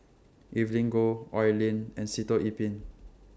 Evelyn Goh Oi Lin and Sitoh Yih Pin